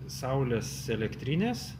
saulės elektrinės